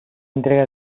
entrega